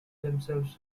themselves